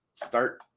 start